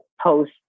post